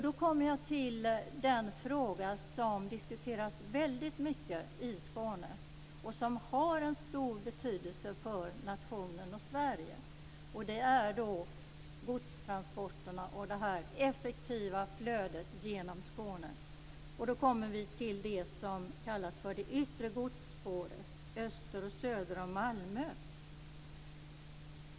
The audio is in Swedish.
Då kommer jag till en fråga som diskuteras väldigt mycket i Skåne och som har stor betydelse för nationen, för Sverige. Det gäller godstransporterna och det effektiva flödet genom Skåne. Jag vill ta upp det som kallas för det yttre godsspåret, öster och söder om Malmö.